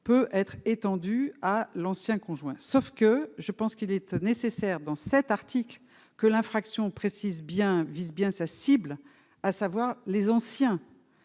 peut être étendu à l'ancien conjoint, sauf que je pense qu'il est nécessaire dans cet article que l'infraction précise bien vise bien sa cible, à savoir les anciens